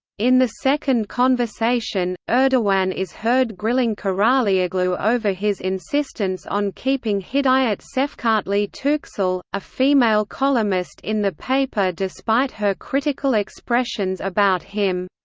in the second conversation, erdogan is heard grilling karaalioglu over his insistence on keeping hidayet sefkatli tuksal, a female columnist in the paper despite her critical expressions about him.